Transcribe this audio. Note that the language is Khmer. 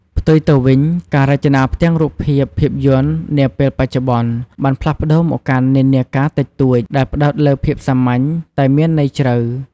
ផ្ទុយទៅវិញ ការរចនាផ្ទាំងរូបភាពភាពយន្តនាពេលបច្ចុប្បន្នបានផ្លាស់ប្ដូរមកកាន់និន្នាការតិចតួច ដែលផ្ដោតលើភាពសាមញ្ញ តែមានន័យជ្រៅ។